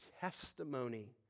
testimony